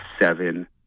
seven